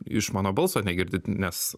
iš mano balso negirdit nes